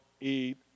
eat